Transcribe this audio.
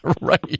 Right